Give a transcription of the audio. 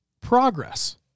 progress